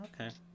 okay